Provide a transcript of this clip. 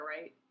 right